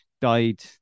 died